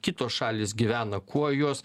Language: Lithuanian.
kitos šalys gyvena kuo jos